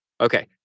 Okay